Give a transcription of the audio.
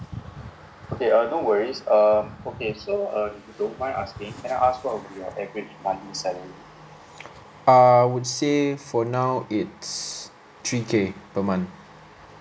I would say for now it's three K per month